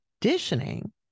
conditioning